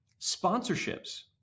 sponsorships